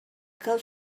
cal